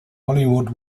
hollywood